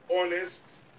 honest